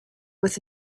with